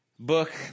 Book